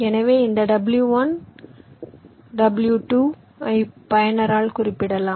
எனவே இந்த w1 w2 ஐ பயனரால் குறிப்பிடலாம்